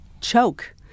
choke